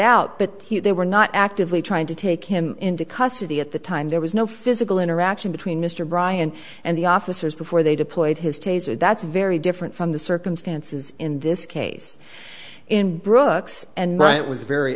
out but they were not actively trying to take him into custody at the time there was no physical interaction between mr brian and the officers before they deployed his taser that's very different from the circumstances in this case in brooks and might was very